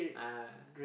ah